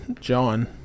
John